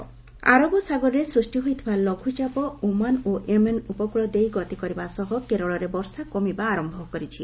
Kerala rain ଆରବ ସାଗରରେ ସୃଷ୍ଟି ହୋଇଥିବା ଲଘୁଚାପ ଓମାନ ଓ ୟେମେନ୍ ଉପକୃଳ ଦେଇ ଗତି କରିବା ସହ କେରଳରେ ବର୍ଷା କମିବା ଆରମ୍ଭ କରିଛି